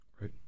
right